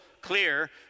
clear